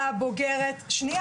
במיניות.